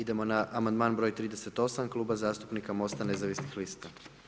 Idemo na amandman broj 38 Kluba zastupnika Mosta nezavisnih lista.